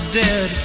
dead